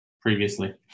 Previously